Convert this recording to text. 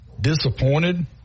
disappointed